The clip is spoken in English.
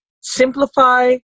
Simplify